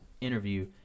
interview